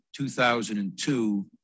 2002